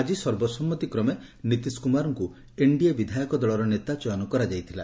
ଆଜି ସର୍ବସମ୍ମତିକ୍ରମେ ନୀତିଶ କୁମାରଙ୍କୁ ଏନଡିଏ ବିଧାୟକ ଦଳର ନେତା ଚୟନ କରାଯାଇଥିଲା